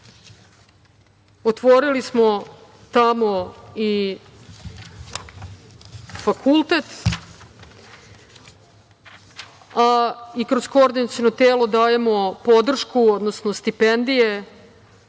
Otvorili smo tamo i fakultet, a i kroz Koordinaciono telo dajemo podršku, odnosno stipendije